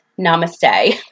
namaste